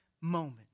moment